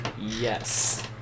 Yes